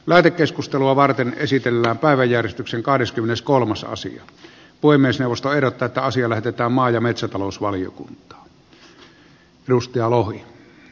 lähetekeskustelua varten esitellään päiväjärjestyksen kahdeskymmeneskolmas asia voi myös neuvosto ehdottaa taasia lähetetään maa ja metsätalousvaliokuntaan